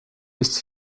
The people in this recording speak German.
ist